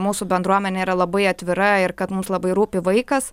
mūsų bendruomenė yra labai atvira ir kad mums labai rūpi vaikas